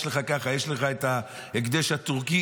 יש לך ככה: יש לך את ההקדש הטורקי,